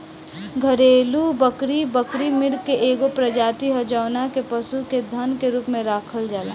घरेलु बकरी, बकरी मृग के एगो प्रजाति ह जवना के पशु के धन के रूप में राखल जाला